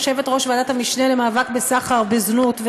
יושבת-ראש ועדת המשנה למאבק בסחר בזנות,